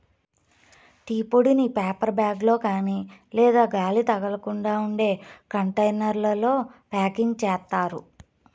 tea పొడిని paper bag లో కాని లేదా గాలి తగలకుండా ఉండే కంటైనర్లలో ప్యాకింగ్ చేత్తారు